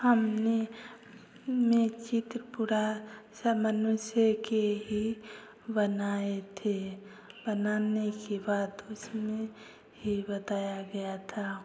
हमने में चित्र पूरा सब मनुष्य के ही बनाए थे बनाने के बाद उसमें फिर बताया गया था